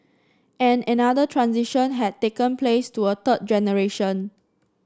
and another transition had taken place to a third generation